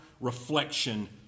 reflection